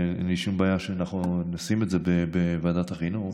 ואין לי שום בעיה שנשים את זה בוועדת החינוך,